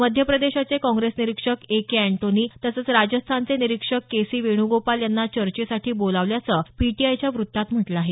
मध्यप्रदेशाचे काँग्रेस निरीक्षक A K Antony तसंच राजस्थानचे निरीक्षक के सी वेण्गोपाल यांना चर्चेसाठी बोलावल्याचं पीटीआयच्या वृत्तात म्हटलं आहे